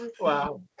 Wow